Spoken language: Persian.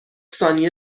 ثانیه